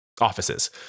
offices